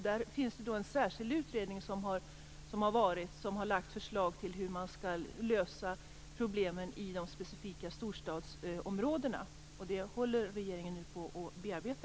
En särskild utredning har lagt fram förslag till hur man skall lösa problemen i de specifika storstadsområdena. Dem håller regeringen nu på att bearbeta.